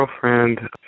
girlfriend